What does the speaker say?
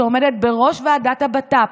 שעומדת בראש ועדת הבט"פ,